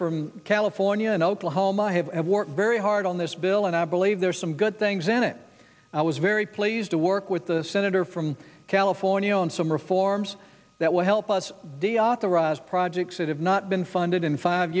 from california and oklahoma have worked very hard on this bill and i believe there are some good things in it i was very pleased to work with the senator from california on some reforms that will help us day authorize projects that have not been funded in five